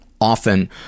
often